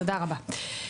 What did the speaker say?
תודה רבה.